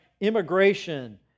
immigration